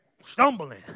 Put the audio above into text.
Stumbling